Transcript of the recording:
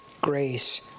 grace